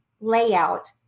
layout